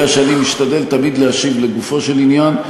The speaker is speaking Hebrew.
אתה יודע שאני משתדל תמיד להשיב לגופו של עניין.